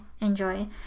enjoy